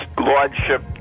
Lordship